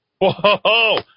Whoa